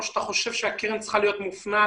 או שאתה חושב שהקרן צריכה להיות מופנית